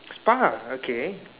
spa okay